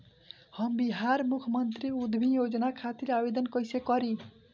हम बिहार मुख्यमंत्री उद्यमी योजना खातिर आवेदन कईसे करी?